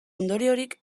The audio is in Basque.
ondoriorik